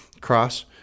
cross